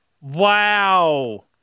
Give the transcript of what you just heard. Wow